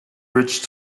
ridge